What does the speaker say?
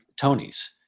Tonys